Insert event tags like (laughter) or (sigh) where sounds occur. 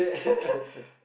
(laughs)